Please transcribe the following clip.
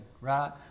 right